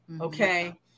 Okay